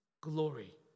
glory